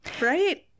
right